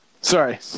Sorry